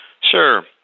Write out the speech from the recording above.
Sure